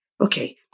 okay